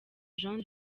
jean